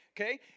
Okay